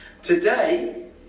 Today